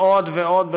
ועוד ועוד,